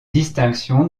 distinction